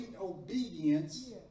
obedience